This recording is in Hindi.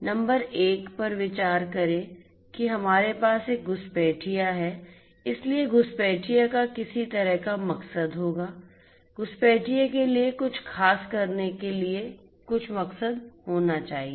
नंबर 1 पर विचार करें कि हमारे पास एक घुसपैठिया है इसलिए घुसपैठिया का किसी तरह का मकसद होगा घुसपैठिये के लिए कुछ खास करने के लिए कुछ मकसद होना चाहिए